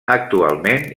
actualment